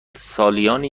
سالیانی